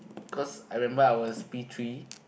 cause I remember I was P three